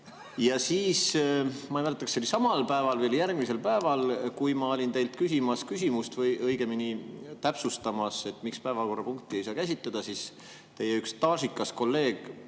Ja siis, ma ei mäleta, kas see oli samal päeval või järgmisel päeval, kui ma olin teilt küsimas küsimust või õigemini täpsustamas, miks päevakorrapunkti ei saa käsitleda, üks teie staažikas kolleeg